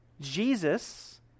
Jesus